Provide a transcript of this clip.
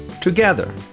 together